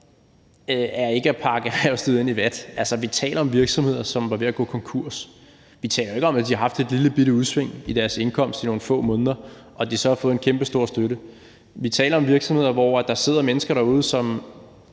er ikke at pakke erhvervslivet ind i vat. Altså, vi taler om virksomheder, som var ved at gå konkurs. Vi taler jo ikke om, at de har haft et lillebitte udsving i deres indkomst i nogle få måneder, og at de så har fået en kæmpestor støtte. Vi taler om virksomheder, hvor der sidder mennesker, som